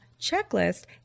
checklist